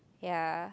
ya